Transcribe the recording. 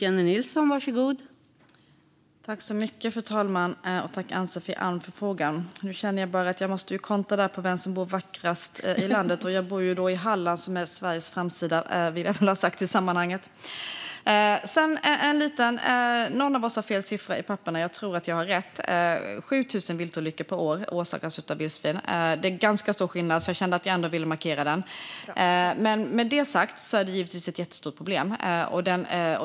Fru talman! Tack, Ann-Sofie Alm, för frågan! Nu känner jag bara att jag måste kontra när det gäller vem som bor vackrast i landet. Jag bor i Halland, som är Sveriges framsida. Det vill jag även ha sagt i sammanhanget. Någon av oss har fel siffra i papperen, och jag tror att jag har rätt: 7 000 viltolyckor per år orsakas av vildsvin. Det är ganska stor skillnad, så jag kände att jag ändå ville markera den. Med det sagt: Detta är givetvis ett jättestort problem.